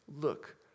look